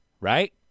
right